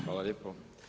Hvala lijepo.